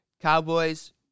Cowboys